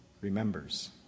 remembers